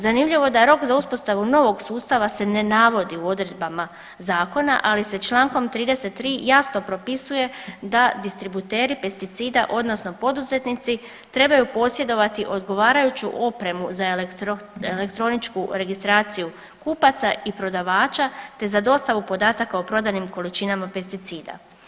Zanimljivo je da rok za uspostavu novog sustava se ne navodi u odredbama zakona, ali se čl. 33. jasno propisuje da distributeri pesticida odnosno poduzetnici trebaju posjedovati odgovarajuću opremu za elektroničku registraciju kupaca i prodavača, te za dostavu podataka o prodanim količinama pesticida.